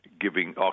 giving